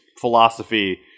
philosophy